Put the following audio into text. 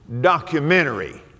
documentary